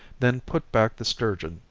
then put back the sturgeon,